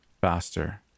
faster